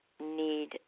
need